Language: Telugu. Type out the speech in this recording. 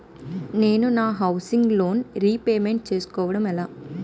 నేను నా హౌసిగ్ లోన్ రీపేమెంట్ చేసుకోవటం ఎలా?